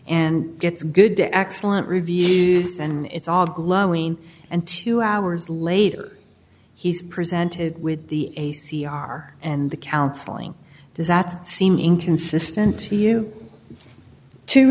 and it's good to excellent reviews and it's all glowing and two hours later he's presented with the a c r and the counseling does that seem inconsistent to you to